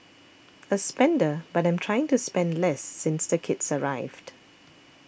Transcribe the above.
a spender but I'm trying to spend less since the kids arrived